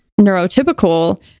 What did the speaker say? neurotypical